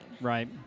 Right